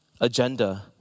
agenda